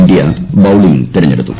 India bowling തെരഞ്ഞെടുത്തു